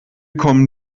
kommen